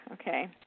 Okay